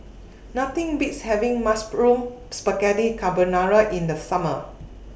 Nothing Beats having Mushroom Spaghetti Carbonara in The Summer